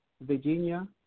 Virginia